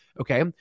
Okay